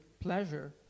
pleasure